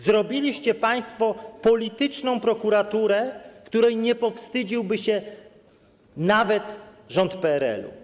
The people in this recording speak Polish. Zrobiliście państwo polityczną prokuraturę, której nie powstydziłby się nawet rząd PRL-u.